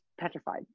petrified